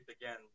again